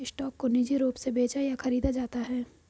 stock को निजी रूप से बेचा या खरीदा जाता है